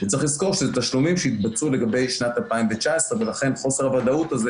צריך לזכור שהתשלומים התבצעו לגבי שנת 2019 ולכן חוסר הוודאות הזה